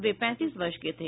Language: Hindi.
वे पैंतीस वर्ष के थे